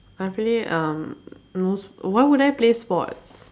I play um most why would I play sports